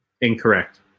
Incorrect